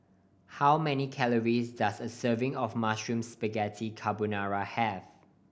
how many calories does a serving of Mushroom Spaghetti Carbonara have